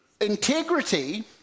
integrity